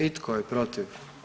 I tko je protiv?